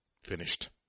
Finished